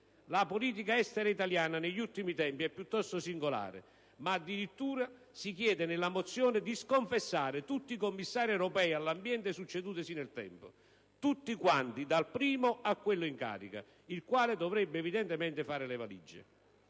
La politica estera italiana negli ultimi tempi è piuttosto singolare, ma, addirittura, nella mozione si chiede di sconfessare tutti i Commissari europei all'ambiente succedutisi nel tempo; tutti quanti, dal primo a quello in carica, il quale dovrebbe evidentemente fare le valigie.